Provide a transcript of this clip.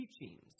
teachings